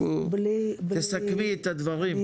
תסכמי את הדברים,